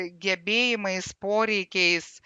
gebėjimais poreikiais